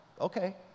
okay